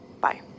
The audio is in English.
Bye